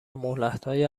مهلتهای